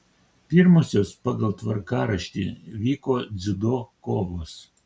pirmosios pagal tvarkaraštį vyko dziudo kovos